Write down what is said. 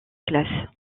classe